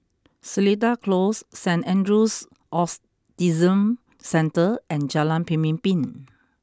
Seletar Close Saint Andrew's Autism Centre and Jalan Pemimpin